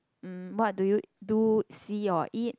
um what do you do see or eat